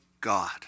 God